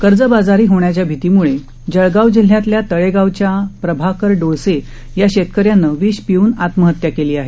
कर्जबाजारी होण्याच्या भीतीमुळे जळगाव जिल्ह्यातल्या तळेगावच्या इथल्या प्रभाकर डोळसे या शेतकऱ्यानं विष पिऊन आत्महत्या केली आहे